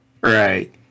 Right